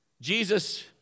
Jesus